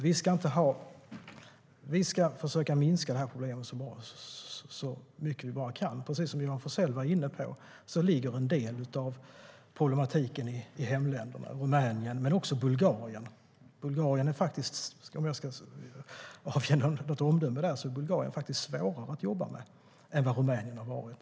Vi ska försöka minska det här problemet så mycket vi bara kan. Precis som Johan Forssell var inne på ligger en del av problematiken i hemländerna Rumänien och Bulgarien. Om jag ska avge något omdöme är Bulgarien faktiskt svårare att jobba med än vad Rumänien har varit.